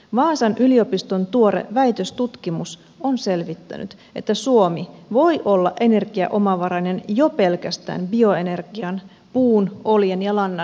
vaasan yliopiston tuore väitöstutkimus on selvittänyt että suomi voi olla energiaomavarainen jo pelkästään bioenergian puun oljen ja lannan turvin